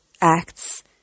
acts